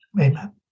Amen